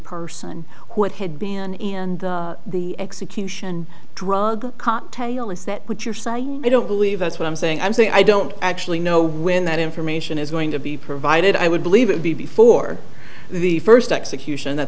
person who it had been in and the execution drug cocktail is that what you're citing i don't believe that's what i'm saying i'm saying i don't actually know when that information is going to be provided i would believe it be before the first execution that